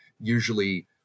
usually